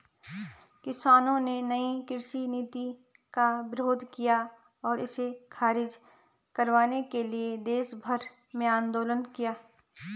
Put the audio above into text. किसानों ने नयी कृषि नीति का विरोध किया और इसे ख़ारिज करवाने के लिए देशभर में आन्दोलन किया